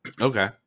Okay